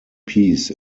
peace